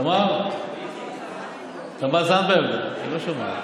תמר זנדברג, היא לא שומעת.